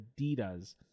Adidas